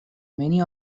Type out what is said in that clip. many